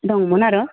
दंमोन आर'